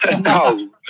no